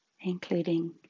including